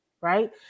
right